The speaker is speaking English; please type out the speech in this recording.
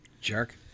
Jerk